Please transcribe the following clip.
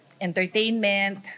entertainment